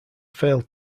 failed